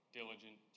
diligent